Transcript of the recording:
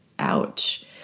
Ouch